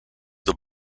the